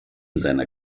seiner